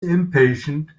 impatient